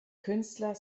künstler